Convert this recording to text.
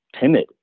timid